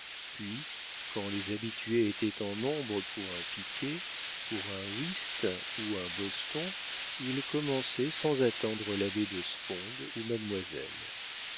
puis quand les habitués étaient en nombre pour un piquet pour un whist ou un boston ils commençaient sans attendre l'abbé de sponde ou mademoiselle